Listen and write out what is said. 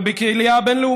וגם בקהילייה הבין-לאומית,